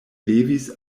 levis